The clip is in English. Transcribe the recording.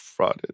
Frauded